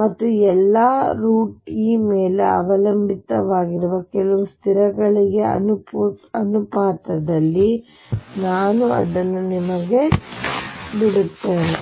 ಮತ್ತು ಎಲ್ಲ ಮೇಲೆ ಅವಲಂಬಿತವಾಗಿರುವ ಕೆಲವು ಸ್ಥಿರಗಳಿಗೆ ಅನುಪಾತದಲ್ಲಿ ನಾನು ಅದನ್ನು ನಿಮಗೆ ಬಿಡುತ್ತೇನೆ